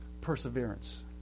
perseverance